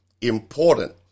important